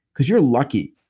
because you're lucky.